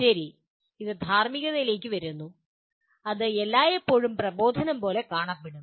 ശരി അത് ധാർമ്മികതയിലേക്ക് വരുന്നു അത് എല്ലായ്പ്പോഴും പ്രബോധനം പോലെ കാണപ്പെടും